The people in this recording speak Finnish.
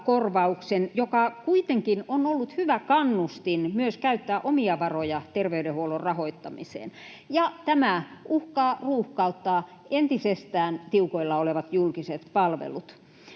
joka kuitenkin on ollut hyvä kannustin myös käyttää omia varoja terveydenhuollon rahoittamiseen, ja tämä uhkaa ruuhkauttaa tiukoilla olevat julkiset palvelut